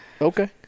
Okay